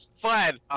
fine